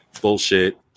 bullshit